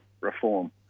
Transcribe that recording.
reform